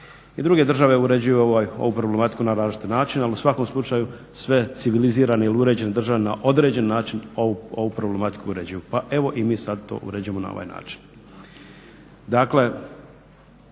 I druge države uređuju ovu problematiku na različite načine, ali u svakom slučaju sve civilizirane i uređene države na određeni način ovu problematiku uređuju. Pa evo i mi sad to uređujemo na ovaj način.